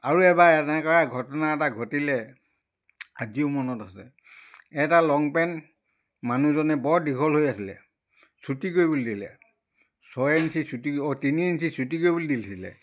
আৰু এবাৰ এনেকুৱা ঘটনা এটা ঘটিলে আজিও মনত আছে এটা লং পেন মানুহজনে বৰ দীঘল হৈ আছিলে চুটি কৰিবলৈ দিলে ছয় ইঞ্চি কৰিব চুটি অ' তিনি ইঞ্চি চুটি কৰিবলৈ দিছিলে